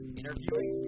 interviewing